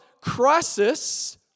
Crisis